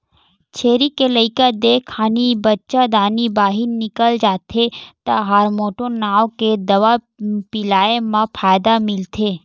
छेरी के लइका देय खानी बच्चादानी बाहिर निकल जाथे त हारमोटोन नांव के दवा पिलाए म फायदा मिलथे